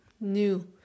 new